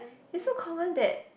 is so common that